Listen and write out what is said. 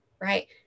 right